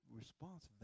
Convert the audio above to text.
response